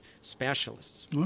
specialists